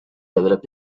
develop